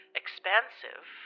expansive